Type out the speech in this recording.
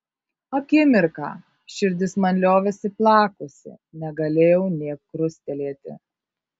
akimirką širdis man liovėsi plakusi negalėjau nė krustelėti